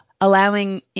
allowing